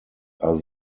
are